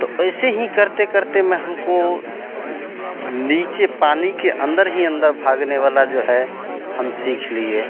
तो ऐसे ही करते करते ना हमको नीचे पानी के अन्दर ही अन्दर भागने वाला जो है हम सीख लिए